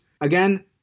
Again